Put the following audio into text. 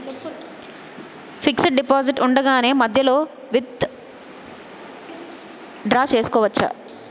Fixed deposit ఉండగానే మధ్యలో withdraw చేసుకోవచ్చా?